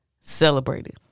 celebrated